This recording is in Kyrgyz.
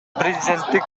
президенттик